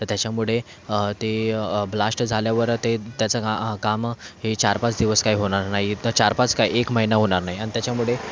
तर त्याच्यामुळे ते ब्लाष्ट झाल्यावर ते त्याचे का कामं हे चारपाच दिवस काही होणार नाही तर चारपाच काय एक महिना होणार नाही आणि त्याच्यामुळे